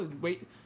wait